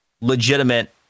legitimate